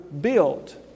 built